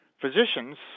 Physicians